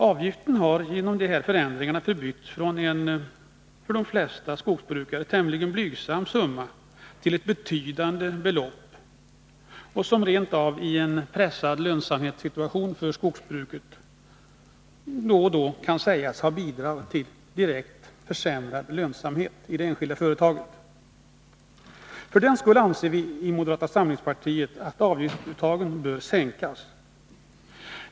Avgiften har genom de här förändringarna förbytts från att vara en för de flesta skogsbrukare tämligen blygsam kostnad till ett betydande belopp, som rent av i en pressad lönsamhetssituation för skogsbruket då och då kan sägas ha bidragit till direkt försämrad lönsamhet i det enskilda företaget. För den skull anser vi i moderata samlingspartiet att avgiftsuttaget bör sänkas.